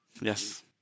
Yes